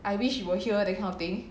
I wish you were here that kind of thing